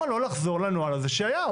למה לא לחזור לנוהל הזה שהיה?